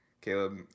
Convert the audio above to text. Caleb